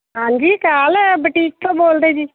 ਹਾਂਜੀ ਕਾਲਾ ਬਟੀਕ ਤੋਂ ਬੋਲਦੇ ਜੀ